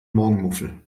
morgenmuffel